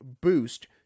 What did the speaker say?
boost